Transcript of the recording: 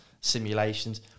simulations